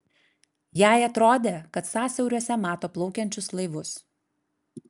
jai atrodė kad sąsiauriuose mato plaukiančius laivus